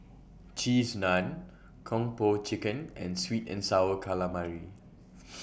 Cheese Naan Kung Po Chicken and Sweet and Sour Calamari